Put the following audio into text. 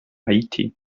haiti